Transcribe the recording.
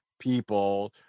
people